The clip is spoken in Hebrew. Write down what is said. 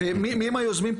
מי היוזמים?